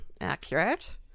Accurate